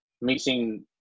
mixing